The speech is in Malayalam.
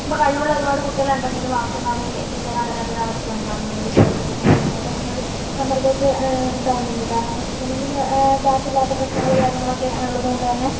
ഇപ്പോൾ കഴിവുള്ള ഒരുപാട് കുട്ടികളുണ്ടെങ്കിലും അവർക്കൊന്നും അവിടെ ഒരു എത്തിച്ചേരാൻ പറ്റാത്ത ഒരവസ്ഥയാണ് കാരണം എന്താന്ന് വിദ്യാർഥികൾക്ക് ഒരുപാട് അങ്ങനെയുള്ള സമ്മർദ്ദൊക്കെ ഇണ്ടാവുന്നൊണ്ട് കാരണംന്ന് വെച്ചിട്ടുണ്ടെങ്കില് ക്യാഷില്ലാത്ത പ്രശ്നങ്ങളും കാര്യങ്ങളൊക്കെ ഇള്ളത് കൊണ്ട് തന്നെ